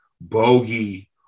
Bogey